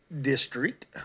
district